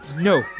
No